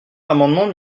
l’amendement